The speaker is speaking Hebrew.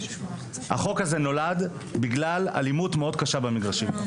החוק הזה נולד בגלל אלימות מאוד קשה במגרשים.